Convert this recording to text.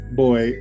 boy